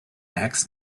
eggs